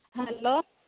hello